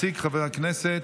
של חבר הכנסת